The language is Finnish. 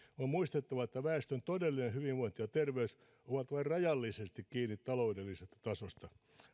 on muistettava että väestön todellinen hyvinvointi ja terveys ovat vain rajallisesti kiinni taloudellisesta tasosta